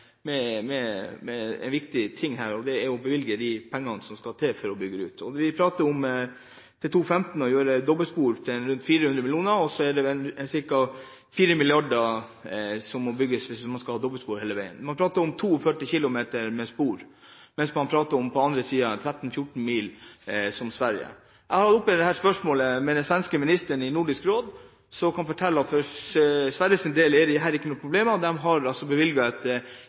viktig her. Det er å bevilge de pengene som skal til for å bygge ut. Vi prater om å lage dobbeltspor til rundt 400 mill. kr innen 2015, og så er det ca. 4 mrd. kr som må til hvis man skal ha dobbeltspor hele veien. Man prater om 42 km med spor, mens man på den andre siden – i Sverige – prater om 13–14 mil. Jeg har tatt opp dette spørsmålet med den svenske ministeren i Nordisk Råd, som kan fortelle at for Sveriges del er ikke dette noe problem. De har bevilget et infrastrukturfond i Sverige på 497 mrd. kr. Så de har